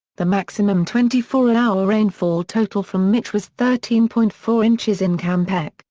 the maximum twenty four hour rainfall total from mitch was thirteen point four inches in campeche,